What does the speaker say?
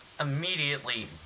immediately